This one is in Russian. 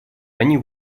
они